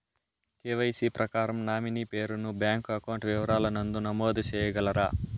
KYC ప్రకారం nominee పేరు ను బ్యాంకు అకౌంట్ వివరాల నందు నమోదు సేయగలరా?